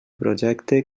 projecte